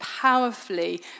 powerfully